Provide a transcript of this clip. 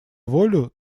волю